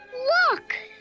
look!